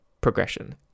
Progression